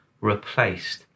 replaced